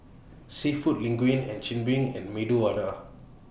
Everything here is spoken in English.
Seafood Linguine and Chigenabe and Medu Vada